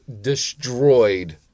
destroyed